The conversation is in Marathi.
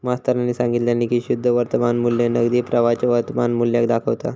मास्तरानी सांगितल्यानी की शुद्ध वर्तमान मू्ल्य नगदी प्रवाहाच्या वर्तमान मुल्याक दाखवता